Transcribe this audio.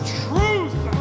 truth